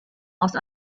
aus